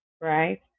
right